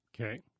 Okay